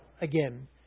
Again